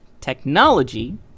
technology